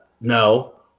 no